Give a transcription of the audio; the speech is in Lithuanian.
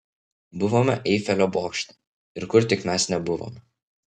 buvome eifelio bokšte ir kur tik mes nebuvome